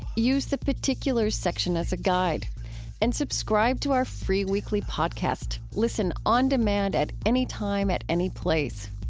use the particular section as a guide and subscribe to our free weekly podcasts. listen on demand at any time, at any place.